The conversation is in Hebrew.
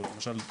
למשל,